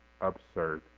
absurd